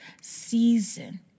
season